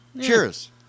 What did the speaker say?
Cheers